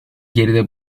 geride